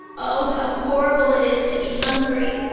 oh, how horrible it is to be hungry!